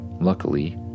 Luckily